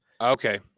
okay